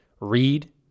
read